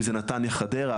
אם זה נתניה חדרה,